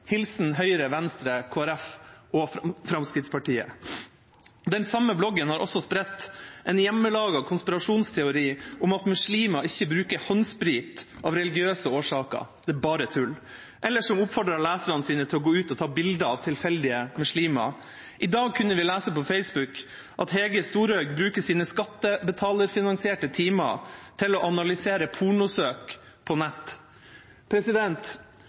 hilsen Høyre, Venstre, Kristelig Folkeparti og Fremskrittspartiet. Den samme bloggen har også spredt en hjemmelaget konspirasjonsteori om at muslimer ikke bruker håndsprit av religiøse årsaker – det er bare tull – og oppfordret leserne sine til å gå ut og ta bilder av tilfeldige muslimer. I dag kunne vi lese på Facebook at Hege Storhaug bruker sine skattebetalerfinansierte timer til å analysere pornosøk på nett.